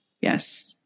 Yes